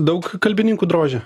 daug kalbininkų drožia